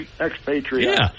expatriates